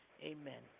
amen